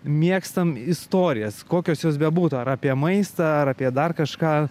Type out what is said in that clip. mėgstam istorijas kokios jos bebūtų ar apie maistą ar apie dar kažką